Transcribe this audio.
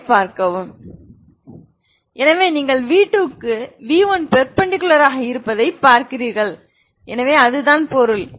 v10 எனவே நீங்கள் v2 க்கு v1 பெர்பெண்டிகுலர் ஆக இருப்பதைபார்க்கிறீர்கள் எனவே அதுதான் பொருள்